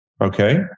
Okay